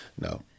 No